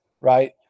right